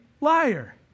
liar